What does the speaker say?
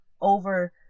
over